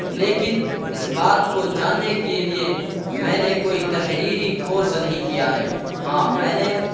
لیکن اس بات کو جاننے کے لیے میں نے کوئی تحریری کورس نہیں کیا ہے ہاں میں نے